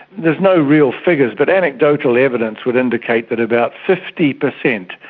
there are no real figures, but anecdotal evidence would indicate that about fifty percent,